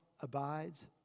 abides